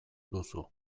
duzu